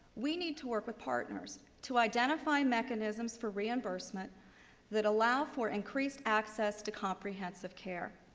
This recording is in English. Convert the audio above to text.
we need to work with partners to identify mechanisms for reimbursement that allow for increased access to comprehensive care.